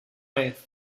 vez